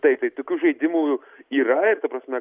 taip tai tokių žaidimų yra ir ta prasme